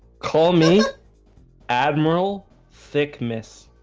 call me admiral thick miss